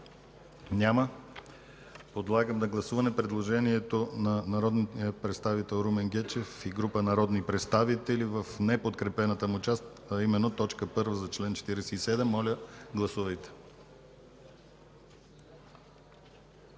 Няма. Подлагам на гласуване предложението на народния представител Румен Гечев и група народни представители в неподкрепената му част, а именно т. 1 за чл. 47. Гласували